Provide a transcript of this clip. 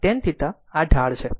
તો tan𝜃 આ ઢાળ છે